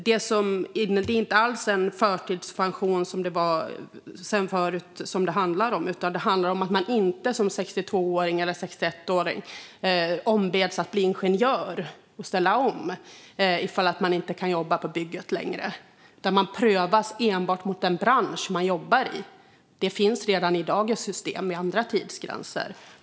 Detta handlar inte alls om en förtidspension som fanns tidigare, och det handlar inte om att man som 61åring eller 62-åring ombeds att bli ingenjör och ställa om ifall man inte kan jobba på bygget längre. Man prövas enbart mot den bransch som man jobbar i. Det finns redan i dag ett system med andra tidsgränser.